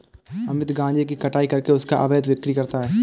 अमित गांजे की कटाई करके उसका अवैध बिक्री करता है